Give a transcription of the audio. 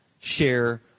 share